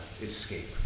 escape